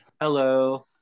hello